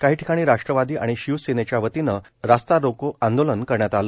काही ठिकाणी राष्ट्रवादी आणि शिवसेनेच्यावतीनं रास्ता रोको आंदोलन करण्यात आलं